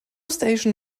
station